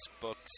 books